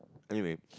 anyway